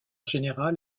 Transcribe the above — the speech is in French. général